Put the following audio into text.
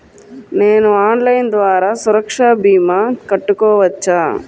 నేను ఆన్లైన్ ద్వారా సురక్ష భీమా కట్టుకోవచ్చా?